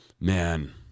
Man